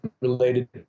related